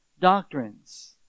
doctrines